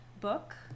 book